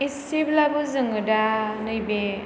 एसेब्लाबो जोङो दा नैबे